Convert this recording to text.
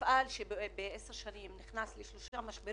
מפעל שב-10 שנים נכנס לשלושה משברים